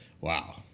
Wow